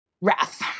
Wrath